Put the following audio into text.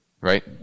right